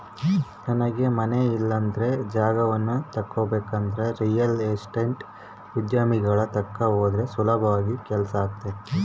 ನಮಗೆ ಮನೆ ಇಲ್ಲಂದ್ರ ಜಾಗವನ್ನ ತಗಬೇಕಂದ್ರ ರಿಯಲ್ ಎಸ್ಟೇಟ್ ಉದ್ಯಮಿಗಳ ತಕ ಹೋದ್ರ ಸುಲಭದಲ್ಲಿ ಕೆಲ್ಸಾತತೆ